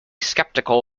skeptical